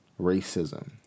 racism